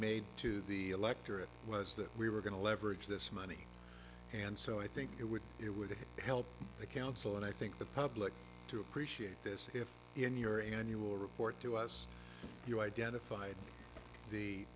made to the electorate was that we were going to leverage this money and so i think it would it would help the council and i think the public to appreciate this if in your annual report to us you identified the